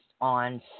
on